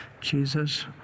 Jesus